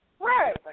right